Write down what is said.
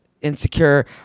insecure